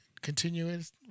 continuous